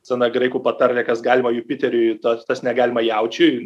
sena graikų patarlė kas galima jupiteriui ta tas negalima jaučiui